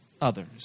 others